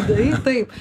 taip taip